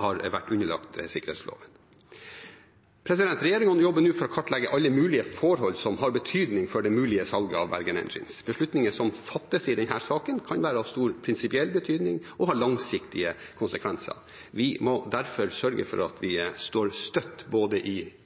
har vært underlagt sikkerhetsloven. Regjeringen jobber nå for å kartlegge alle mulige forhold som har betydning for det mulige salget av Bergen Engines. Beslutninger som fattes i denne saken, kan være av stor prinsipiell betydning og ha langsiktige konsekvenser. Vi må derfor sørge for at vi står støtt i både